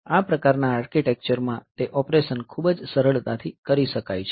આ પ્રકારના આર્કિટેક્ચર માં તે ઓપરેશન ખૂબ જ સરળતાથી કરી શકાય છે